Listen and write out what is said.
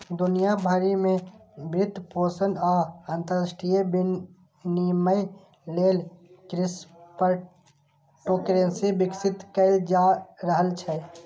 दुनिया भरि मे वित्तपोषण आ अंतरराष्ट्रीय विनिमय लेल क्रिप्टोकरेंसी विकसित कैल जा रहल छै